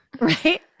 right